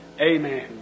Amen